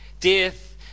Death